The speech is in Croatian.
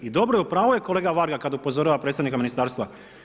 I dobro je u pravu je kolega Varga, kada upozorava predstavnika ministarstva.